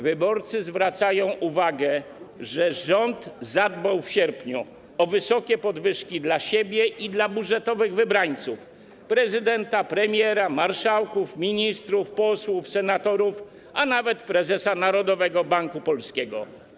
Wyborcy zwracają uwagę, że rząd zadbał w sierpniu o wysokie podwyżki dla siebie i dla budżetowych wybrańców: prezydenta, premiera, marszałków, ministrów, posłów, senatorów, a nawet prezesa Narodowego Banku Polskiego.